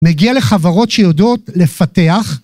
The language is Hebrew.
מגיע לחברות שיודעות לפתח.